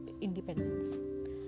Independence